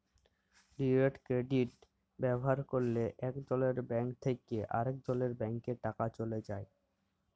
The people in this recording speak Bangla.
ডিরেট কেরডিট ব্যাভার ক্যরলে একজলের ব্যাংক থ্যাকে আরেকজলের ব্যাংকে টাকা চ্যলে যায়